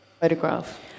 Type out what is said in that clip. photograph